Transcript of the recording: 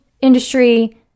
industry